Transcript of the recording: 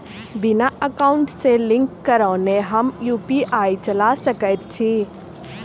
बिना एकाउंट सँ लिंक करौने हम यु.पी.आई चला सकैत छी?